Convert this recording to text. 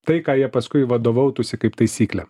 tai ką jie paskui vadovautųsi kaip taisykle